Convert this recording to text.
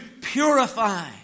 purify